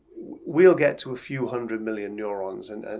we'll get to a few hundred million neurons and and